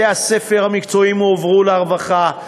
בתי-הספר המקצועיים הועברו לרווחה,